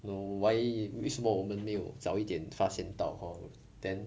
you know why 为什么我们没有早一点发现到 hor then